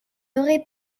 aurai